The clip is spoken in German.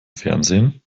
fernsehen